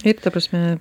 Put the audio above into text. reik ta prasme